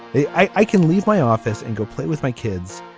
i i can leave my office and go play with my kids.